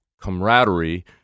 camaraderie